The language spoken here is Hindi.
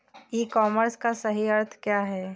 ई कॉमर्स का सही अर्थ क्या है?